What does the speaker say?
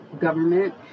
government